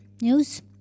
news